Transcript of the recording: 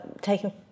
taking